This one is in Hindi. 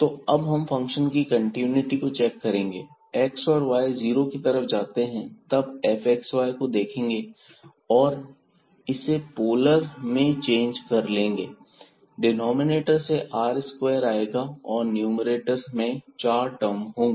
तो अब हम फंक्शन की कंटिन्यूटी को चेक करेंगे जब x और y जीरो की तरफ जाते हैं तब fxy को देखेंगे और इसे पोलर में चेंज कर लेंगे डिनॉमिनेटर से r स्क्वायर आएगा और न्यूमैरेटर में चार टर्म होंगी